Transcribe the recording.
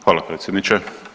Hvala predsjedniče.